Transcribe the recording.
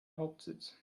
hauptsitz